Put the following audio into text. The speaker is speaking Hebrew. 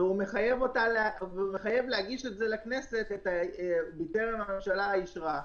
והוא מחייב להגיש את זה לכנסת בטרם הממשלה אישרה.